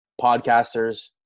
podcasters